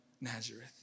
Nazareth